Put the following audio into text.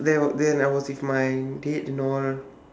then then I was with my date and all